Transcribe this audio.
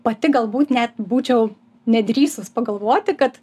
pati galbūt net būčiau nedrįsus pagalvoti kad